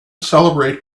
celebrate